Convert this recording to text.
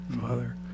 Father